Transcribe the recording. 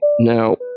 Now